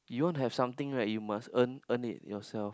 you want have something right you must earn earn it yourself